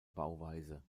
bauweise